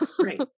right